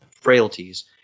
frailties